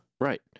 Right